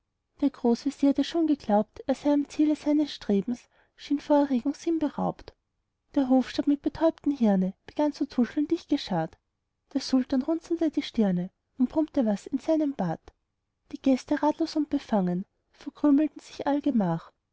der großvezier der schon geglaubt er sei am ziele seines strebens schien vor erregung sinnberaubt der hofstaat mit betäubtem hirne begann zu tuscheln dicht geschart der sultan runzelte die stirne und brummte was in seinen bart die gäste ratlos und befangen verkrümelten sich allgemach